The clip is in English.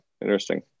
interesting